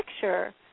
picture